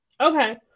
Okay